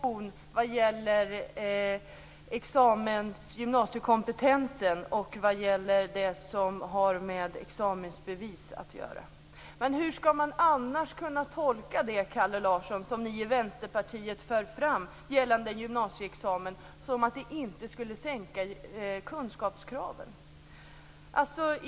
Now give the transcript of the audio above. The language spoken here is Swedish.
Fru talman! Kalle Larsson går in på en diskussion om gymnasiekompetensen och det som har med examensbevis att göra. Hur skall man annars kunna tolka, Kalle Larsson, det som ni i Vänsterpartiet för fram gällande gymnasieexamen än att det inte skulle sänka kunskapskraven?